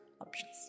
options